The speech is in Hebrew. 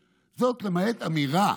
זאת, למעט אמירה